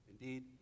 Indeed